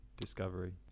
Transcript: discovery